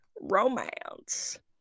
romance